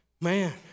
Man